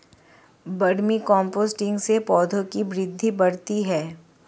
vermi composting से पौधों की वृद्धि बढ़ती है